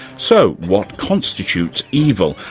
so what constitutes evil,